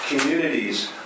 Communities